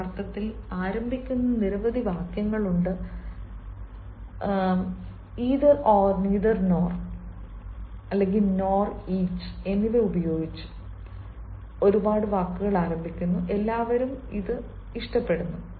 യഥാർത്ഥത്തിൽ ആരംഭിക്കുന്ന നിരവധി വാക്യങ്ങളുണ്ട് either or neither nor nor each nor each എന്നിവ ഉപയോഗിച്ച് എല്ലാവരും ഇത് ഇഷ്ടപ്പെടുന്നു